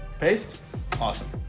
paste awesome